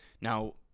Now